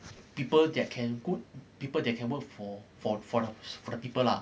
people that can good people that can work for for for the people lah